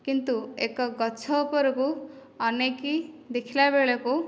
କିନ୍ତୁ ଏକ ଗଛ ଉପରକୁ ଅନେଇକି ଦେଖିଲା ବେଳକୁ